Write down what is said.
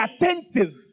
attentive